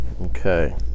Okay